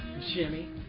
Jimmy